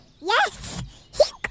Yes